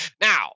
Now